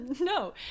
no